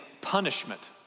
punishment